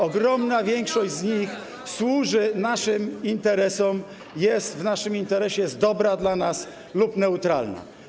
Ogromna większość z nich służy naszym interesom, jest w naszym interesie, jest dla nas dobra lub neutralna.